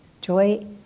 Joy